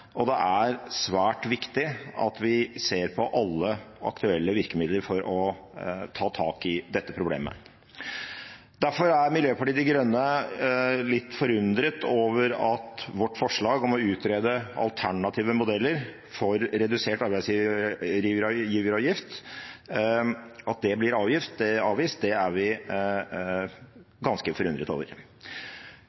og det er svært viktig at vi ser på alle aktuelle virkemidler for å ta tak i dette problemet. Derfor er Miljøpartiet De Grønne ganske forundret over at vårt forslag om å utrede alternative modeller for redusert arbeidsgiveravgift blir avvist. Dette er et virkemiddel som vi bruker som distriktspolitisk virkemiddel i dag. Vi har lang erfaring med det,